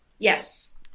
Yes